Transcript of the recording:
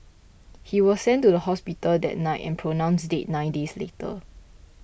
he was sent to the hospital that night and pronounced dead nine days later